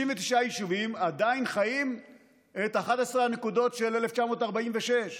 69 יישובים עדיין חיים את 11 הנקודות של 1946,